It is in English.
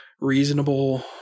reasonable